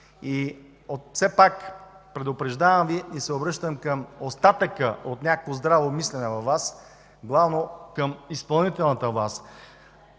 Все пак предупреждавам Ви и се обръщам към остатъка от някакво здраво мислене във Вас, главно към изпълнителната власт.